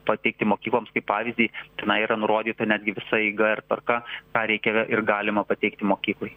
pateikti mokykloms kaip pavyzdį tenai yra nurodyta netgi visa eiga ir tvarka ką reikia ir galima pateikti mokyklai